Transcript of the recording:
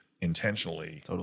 intentionally